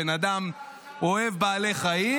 הבן אדם אוהב בעלי חיים,